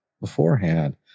beforehand